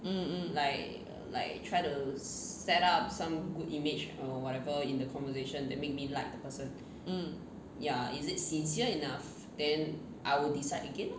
mm mm mm